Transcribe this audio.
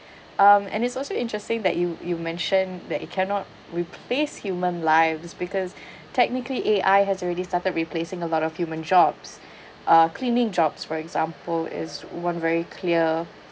um and it's also interesting that you you mentioned that it cannot replace human lives because technically A_I has already started replacing a lot of human jobs uh cleaning jobs for example is one very clear